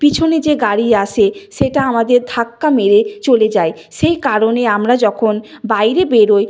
পিছনে যে গাড়ি আসে সেটা আমাদের ধাক্কা মেরে চলে যায় সেই কারণে আমরা যখন বাইরে বেরোই